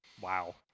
Wow